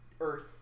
earth